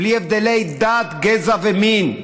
בלי הבדלי דת, גזע ומין.